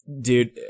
dude